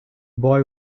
boy